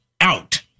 out